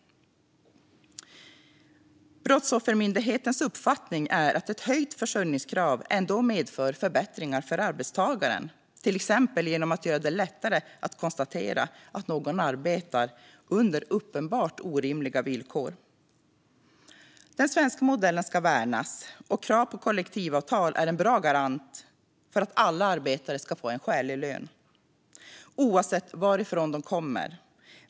Brottsoffermyndighetens uppfattning är att ett höjt försörjningskrav ändå medför förbättringar för arbetstagaren, till exempel genom att göra det lättare att konstatera om någon arbetar under uppenbart orimliga villkor. Den svenska modellen ska värnas, och krav på kollektivavtal är en bra garant för att alla arbetare ska få en skälig lön oavsett varifrån de kommer.